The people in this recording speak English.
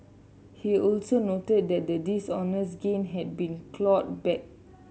he also noted that the dishonest gain had been clawed back